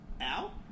Al